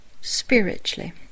spiritually